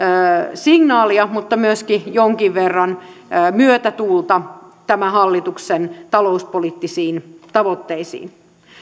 signaalia mutta myöskin jonkin verran myötätuulta tämän hallituksen talouspoliittisiin tavoitteisiin